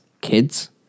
kids